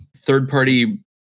third-party